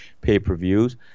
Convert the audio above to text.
pay-per-views